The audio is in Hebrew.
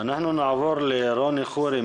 אנחנו נעבור לרוני חורי,